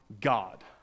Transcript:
God